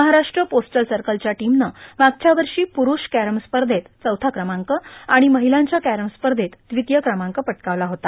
Maharashtra postal सर्कलच्या टीमनं मागच्या वर्षी प्रूरष कॅरम स्पर्धेत चौथा क्रमांक आणि महिल्यांच्या कॅरम स्पर्धेत द्वितीय क्रमांक पटकावला होता